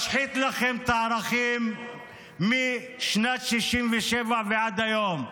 -- משחית לכם את הערכים משנת 1967 ועד היום.